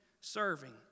serving